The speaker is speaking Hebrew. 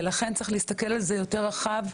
ולכן צריך להסתכל על זה יותר רחב.